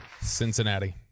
Cincinnati